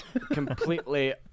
Completely